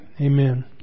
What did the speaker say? Amen